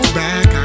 back